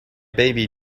baby